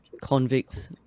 convicts